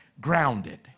grounded